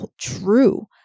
true